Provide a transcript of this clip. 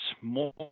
more